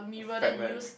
fragment